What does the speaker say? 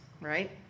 right